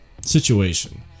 situation